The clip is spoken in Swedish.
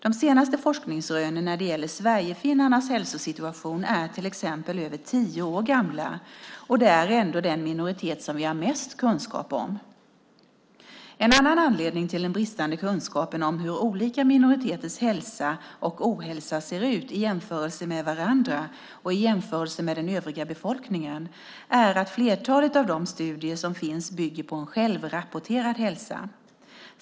De senaste forskningsrönen när det gäller sverigefinnars hälsosituation är till exempel över tio år gamla, och det är ändå den minoritet som vi har mest kunskap om. En annan anledning till den bristande kunskapen om hur olika minoriteters hälsa och ohälsa ser ut i jämförelse med varandra, och i jämförelse med den övriga befolkningen, är att flertalet av de studier som finns bygger på självrapporterad hälsa.